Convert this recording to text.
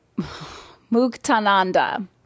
Muktananda